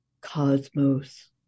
cosmos